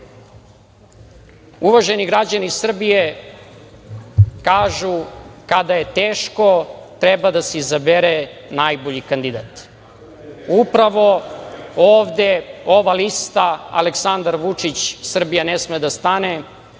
građani Srbije, kažu, kada je teško, treba da se izabere najbolji kandidat. Upravo ovde ova lista Aleksandar Vučić – Srbija ne sme da stane,